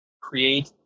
create